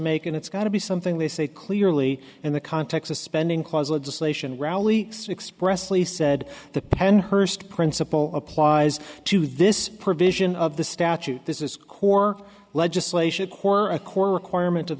make and it's got to be something they say clearly in the context of spending cause legislation rally expressly said the pen hurst principle applies to this provision of the statute this is core legislation core a core requirement of